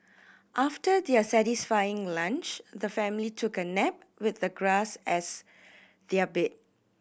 after their satisfying lunch the family took a nap with the grass as their bed